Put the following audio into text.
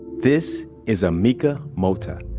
this is amika mota.